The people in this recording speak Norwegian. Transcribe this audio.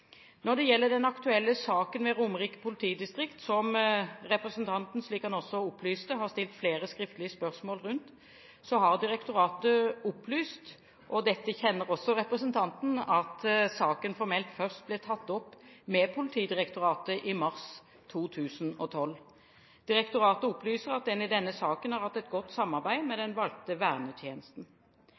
Når det gjelder den aktuelle saken ved Romerike politidistrikt, som representanten – slik han også opplyste – har stilt flere skriftlige spørsmål om, har Politidirektoratet opplyst, og dette kjenner også representanten til, at saken ble formelt tatt opp med Politidirektoratet først i mars 2012. Direktoratet opplyser at en i denne saken har hatt et godt samarbeid med den valgte vernetjenesten.